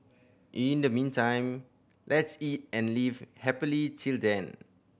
in the meantime let's eat and live happily till then